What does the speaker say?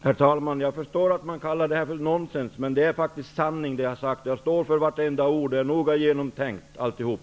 Herr talman! Jag förstår att man kallar det här för nonsens. Men det jag har sagt är faktiskt sanning. Jag står för vartenda ord. Det är noga genomtänkt -- alltihop.